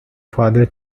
father